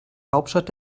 hauptstadt